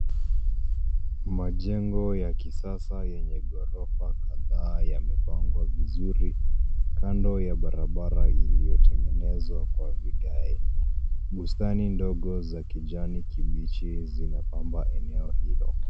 Majengo ya kisasa yenye gorofa kadhaa yamepangwa vizuri kando ya barabara iliyotengenezwa kwa vigae. Bustani ndogo za kijani kibichi zinapamba eneo hilo.